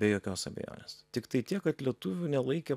be jokios abejonės tiktai tiek kad lietuvių nelaikė